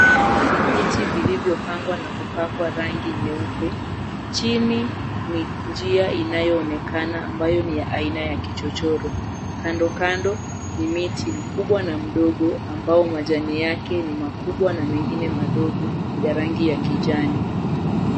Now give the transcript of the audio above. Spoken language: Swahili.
Vijiti vilivyopangwa na kupakwa rangi nyeupe. Chini ni njia inayoonekana ambayo ni ya aina ya kichochoro. Kandokando ni miti mkubwa na mdogo ambao majani yake ni makubwa na mengine madogo ya rangi ya kijani.